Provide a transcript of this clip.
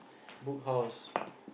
Book House